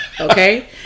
Okay